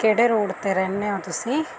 ਕਿਹੜੇ ਰੋਡ ਤੇ ਰਹਿੰਦੇ ਹੋ ਤੁਸੀਂ